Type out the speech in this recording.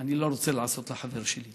אני לא רוצה לעשות לחבר שלי.